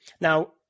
Now